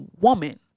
woman